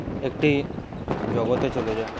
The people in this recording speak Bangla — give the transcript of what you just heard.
একটি জগতে চলে যাই